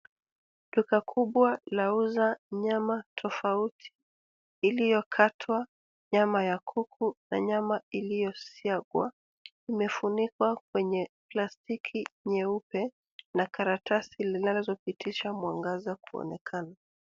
Duka kubwa lauza nyama tofauti iliyokatwa nyama ya kuku na nyama iliyosiagwa imefunikwa kwenye plastiki nyeupe na karatasi linalopitisha mwangaza kuonekana.